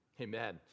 Amen